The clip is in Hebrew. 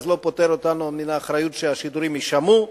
מהאחריות שהשידורים יישמעו.